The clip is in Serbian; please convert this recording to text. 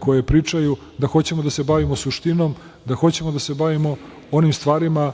koje pričaju, da hoćemo da se bavimo suštinom, da hoćemo da se bavimo onim stvarima